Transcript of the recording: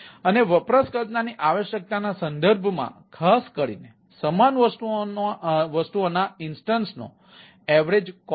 અને વપરાશકર્તાની આવશ્યકતાના સંદર્ભમાં ખાસ કરીને સમાન વસ્તુઓના ઇન્સ્ટન્સ નો સરેરાશ ખર્ચ છે